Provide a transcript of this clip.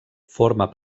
forma